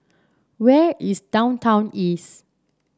where is Downtown East